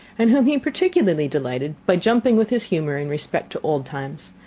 and whom he particularly delighted by jumping with his humour in respect to old times,